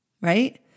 right